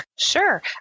Sure